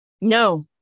No